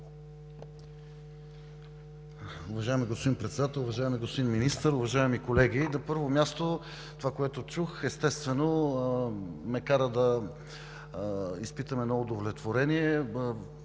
Уважаеми господин Председател, уважаеми господин Министър, уважаеми колеги! На първо място, това, което чух, естествено, ме кара да изпитам едно удовлетворение